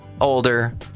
older